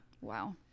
Wow